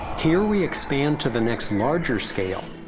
here, we expand to the next larger scale,